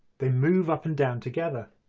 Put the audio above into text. they move up and down together.